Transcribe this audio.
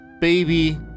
baby